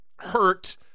hurt